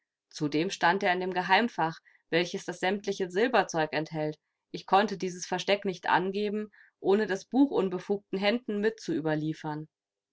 zudem stand er in dem geheimfach welches das sämtliche silberzeug enthält ich konnte dieses versteck nicht angeben ohne das buch unbefugten händen mit zu überliefern